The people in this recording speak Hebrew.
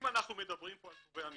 אם אנחנו מדברים פה על קרובי המשפחה,